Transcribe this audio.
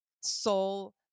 soul